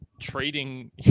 trading